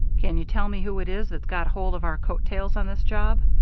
can you tell me who it is that's got hold of our coat tails on this job?